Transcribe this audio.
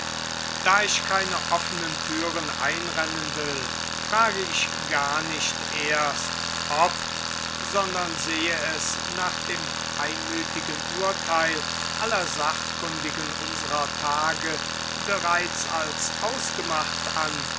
da ich keine offenen türen einrennen will frage ich gar nicht erst ob sondern sehe es nach dem einmütigen urteil aller sachkundigen unserer tage bereits als ausgemacht an